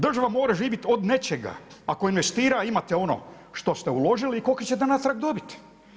Država mora živjeti od nečega, ako investira imate ono što ste uložili i koliko ćete natrag dobiti.